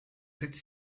cette